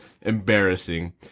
embarrassing